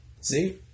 See